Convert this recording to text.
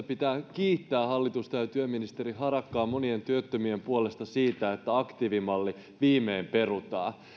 pitää kiittää hallitusta ja työministeri harakkaa monien työttömien puolesta siitä että aktiivimalli viimein perutaan